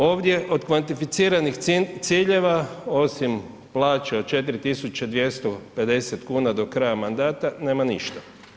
Ovdje od kvantificiranih ciljeva osim plaće od 4250 kn do kraja mandata, nema ništa.